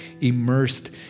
immersed